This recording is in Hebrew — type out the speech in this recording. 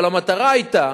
אבל המטרה היתה,